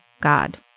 God